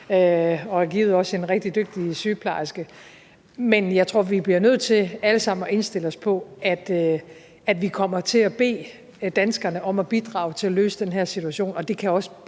og som givet også er en rigtig dygtig sygeplejerske, men jeg tror, vi alle sammen bliver nødt til at indstille os på, at vi kommer til at bede danskerne om at bidrage til at løse den her situation, og det kan også